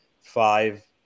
five